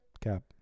Cap